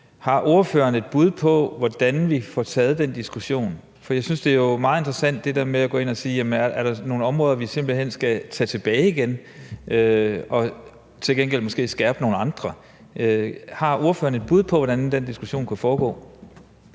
har ordføreren så et bud på, hvordan vi får taget den diskussion? For jeg synes jo, at det er meget interessant at gå ind og sige: Er der så nogle områder, vi simpelt hen skal tage tilbage igen og så til gengæld måske skærpe nogle andre? Har ordføreren et bud på, hvordan den diskussion kunne foregå?